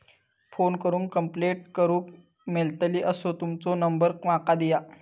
Phone करून complaint करूक मेलतली असो तुमचो नंबर माका दिया?